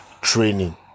training